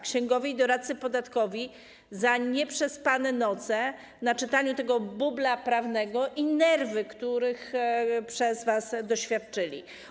Księgowych i doradców podatkowych - za nieprzespane noce spędzone na czytaniu tego bubla prawnego i nerwy, których przez was doświadczyli.